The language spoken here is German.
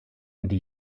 die